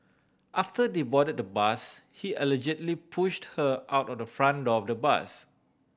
after they boarded the bus he allegedly pushed her out of the front door of the bus